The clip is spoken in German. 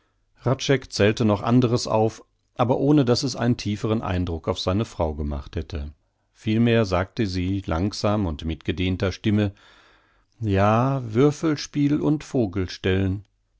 zählte noch anderes auf aber ohne daß es einen tieferen eindruck auf seine frau gemacht hätte vielmehr sagte sie langsam und mit gedehnter stimme ja würfelspiel und